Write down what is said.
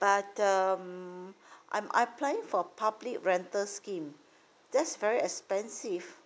but um I'm applying for public rental scheme that's very expensive